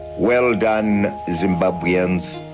well done, zimbabweans,